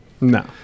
No